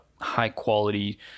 high-quality